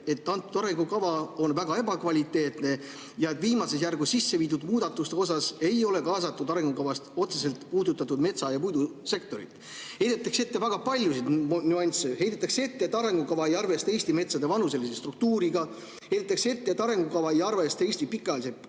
et see arengukava on väga ebakvaliteetne ja et viimases järgus sisse viidud muudatuste tegemisel ei ole kaasatud arengukavast otseselt puudutatud metsa- ja puidusektorit. Heidetakse ette väga paljusid nüansse. Heidetakse ette, et arengukava ei arvesta Eesti metsade vanuselise struktuuriga, et arengukava ei arvesta Eesti pikaajaliste